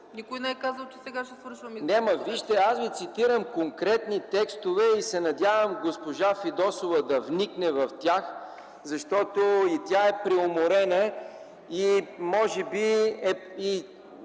Никой не е казал, че сега ще свършваме Изборния кодекс. ЯНЕ ЯНЕВ: Вижте, аз ви цитирам конкретни текстове и се надявам госпожа Фидосова да вникне в тях, защото и тя е преуморена и може би и